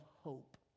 hope